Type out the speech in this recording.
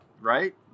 right